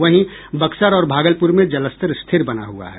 वहीं बक्सर और भागलपुर में जलस्तर स्थिर बना हुआ है